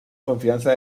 confianza